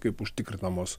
kaip užtikrinamos